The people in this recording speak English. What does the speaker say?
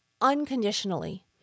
unconditionally